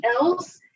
else